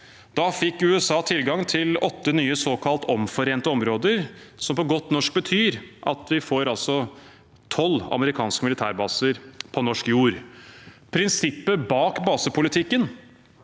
Da fikk USA tilgang til åtte nye såkalt omforente områ der, som på godt norsk betyr at vi får tolv amerikanske militærbaser på norsk jord. Prinsippet bak basepolitikken